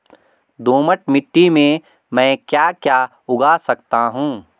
दोमट मिट्टी में म ैं क्या क्या उगा सकता हूँ?